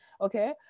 okay